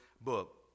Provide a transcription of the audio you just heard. book